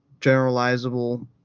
generalizable